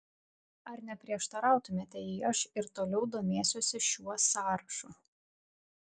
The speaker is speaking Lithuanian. ar neprieštarautumėte jei aš ir toliau domėsiuosi šiuo sąrašu